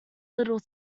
little